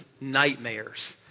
nightmares